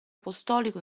apostolico